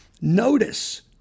notice